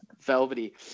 velvety